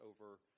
over